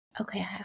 Okay